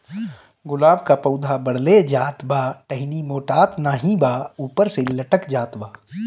गुलाब क पौधा बढ़ले जात बा टहनी मोटात नाहीं बा ऊपर से लटक जात बा?